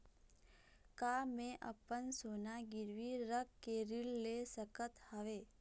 का मैं अपन सोना गिरवी रख के ऋण ले सकत हावे?